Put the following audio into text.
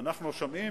אנחנו שומעים,